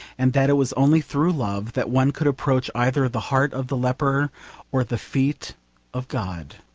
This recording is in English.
and that it was only through love that one could approach either the heart of the leper or the feet of god.